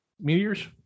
meteors